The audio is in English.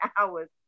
hours